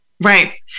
Right